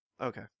okay